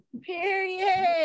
Period